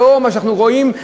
לנוכח מה שאנחנו רואים,